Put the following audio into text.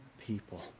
people